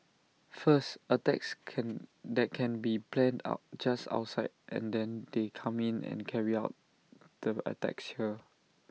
first attacks can that can be planned out just outside and then they come in and carry out the attacks here